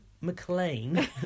McLean